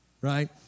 right